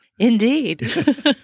Indeed